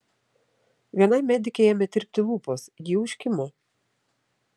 vienai medikei ėmė tirpti lūpos ji užkimo